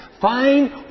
Find